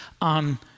on